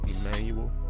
emmanuel